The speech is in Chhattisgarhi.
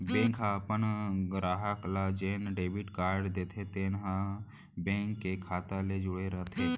बेंक ह अपन गराहक ल जेन डेबिट कारड देथे तेन ह बेंक के खाता ले जुड़े रइथे